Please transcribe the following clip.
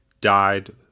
died